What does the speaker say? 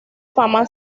fama